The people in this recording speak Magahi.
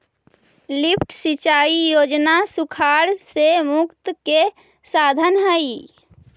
लिफ्ट सिंचाई योजना सुखाड़ से मुक्ति के साधन हई